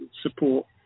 support